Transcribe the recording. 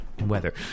Weather